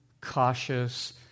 cautious